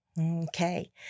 Okay